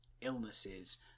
illnesses